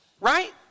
right